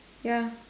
ya